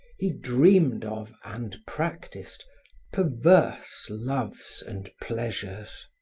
he dreamed of and practiced perverse loves and pleasures.